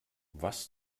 was